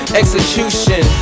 execution